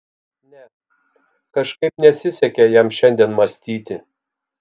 ne kažkaip nesisekė jam šiandien mąstyti